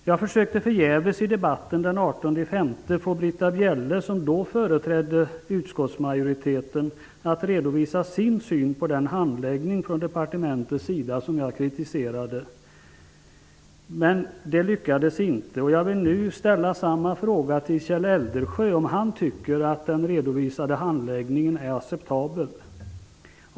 Jag försökte förgäves i debatten den 18 maj få Britta Bjelle, som då företrädde utskottsmajoriteten, att redovisa sin syn på den handläggning från departementets sida som jag kritiserade. Det lyckades inte. Jag vill nu ställa samma fråga till Kjell Eldensjö, nämligen om han tycker att den redovisade handläggningen är acceptabel.